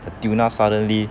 the tuna suddenly